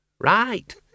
right